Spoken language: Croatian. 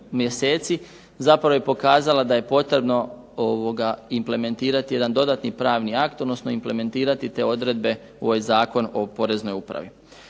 mjeseci zapravo je pokazala da je potrebno implementirati jedan dodatni pravni akt, odnosno implementirati te odredbe u ovaj Zakon o Poreznoj upravi.